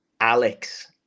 alex